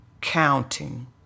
counting